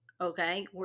okay